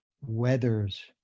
weathers